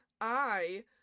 I-